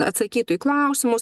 atsakytų į klausimus